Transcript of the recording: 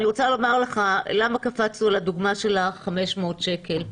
אני רוצה לומר לך למה קפצנו לדוגמה של ה-500 שקל: